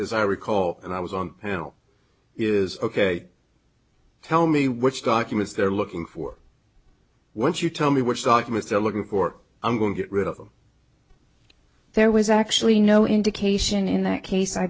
as i recall and i was on is ok tell me which documents they're looking for what you tell me which documents they're looking for i'm going to get rid of them there was actually no indication in that case i